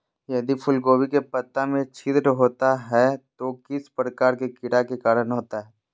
यदि फूलगोभी के पत्ता में छिद्र होता है तो किस प्रकार के कीड़ा के कारण होता है?